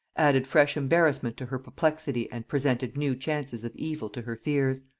added fresh embarrassment to her perplexity and presented new chances of evil to her fears.